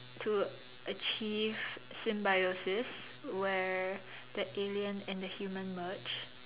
to achieve symbiosis where that alien and the human merged